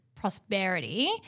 prosperity